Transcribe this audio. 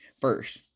first